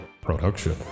production